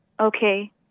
Okay